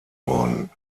worden